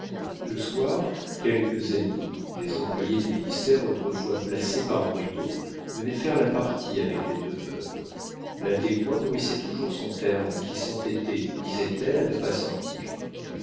le soir quelques amis des employés du ministère autrefois placés par bridau venaient faire la partie avec les deux veuves la descoings nourrissait toujours son terne qui s'entêtait disait-elle à ne pas sortir